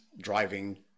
driving